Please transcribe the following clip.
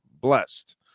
blessed